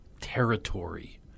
territory